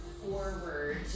forward